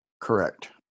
correct